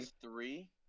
three